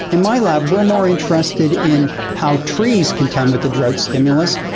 in my lab we're more interested in how trees contend with the drought stimulus,